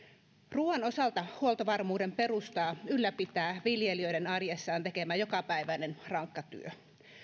ruoan osalta huoltovarmuuden perustaa ylläpitää viljelijöiden arjessaan tekemä jokapäiväinen rankka työ